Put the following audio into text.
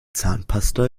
zahnpasta